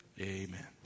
Amen